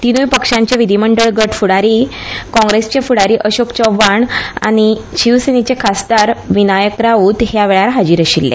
तीनूय पक्षांचे विधीमंडळ गट फुडारी काँग्रेसचे फुडारी अशोक चव्हाण आनी शिवसेनेचे खासदार विनायक राऊत ह्या वेळार हाजीर आशिल्ले